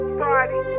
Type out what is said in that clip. party